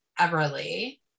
Everly